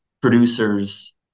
producers